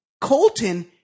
Colton